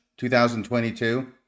2022